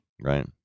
Right